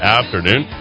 afternoon